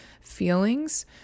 feelings